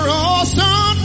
awesome